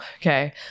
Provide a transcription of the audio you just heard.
Okay